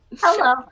Hello